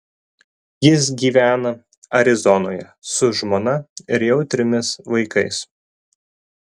jis gyvena arizonoje su žmona ir jau trimis vaikais